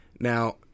Now